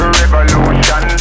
revolution